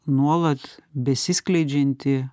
nuolat besiskleidžianti